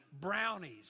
brownies